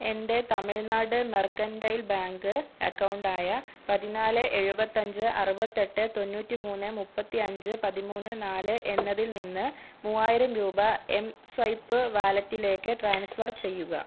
എൻ്റെ Tamilnad mercantile bank account ആയ പതിനാല് എഴുപത്തഞ്ച് അറുപത്തെട്ട് തൊണ്ണൂറ്റിമൂന്ന് മുപ്പത്തി അഞ്ച് പതിമൂന്ന് നാല് എന്നതിൽ നിന്ന് മൂവായിരം രൂപ എംസ്വൈപ്പ് വാലറ്റിലേക്ക് ട്രാൻസ്ഫർ ചെയ്യുക